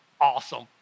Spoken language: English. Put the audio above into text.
awesome